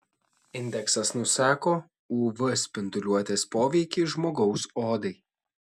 indeksas nusako uv spinduliuotės poveikį žmogaus odai